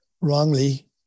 wrongly